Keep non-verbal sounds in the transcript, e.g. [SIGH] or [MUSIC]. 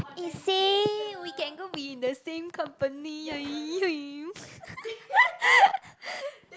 eh same we can go be in the same company [NOISE] [LAUGHS]